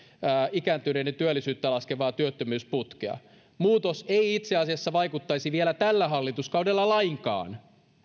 ikääntyneiden työllisyyttä laskevaa työttömyysputkea muutos ei itse asiassa vaikuttaisi vielä tällä hallituskaudella lainkaan